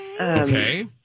Okay